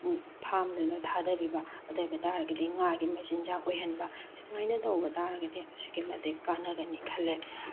ꯐꯥꯔꯝꯗꯨꯗ ꯊꯥꯗꯕꯤꯕ ꯑꯗꯨ ꯑꯣꯏꯕ ꯇꯔꯒꯗꯤ ꯉꯥꯒꯤ ꯃꯆꯤꯟꯖꯥꯛ ꯑꯣꯏꯍꯟꯕ ꯁꯨꯃꯥꯏꯅ ꯇꯧꯕ ꯇꯔꯒꯗꯤ ꯑꯁꯨꯛꯀꯤ ꯃꯇꯤꯛ ꯀꯥꯟꯅꯒꯅꯤ ꯈꯜꯂꯦ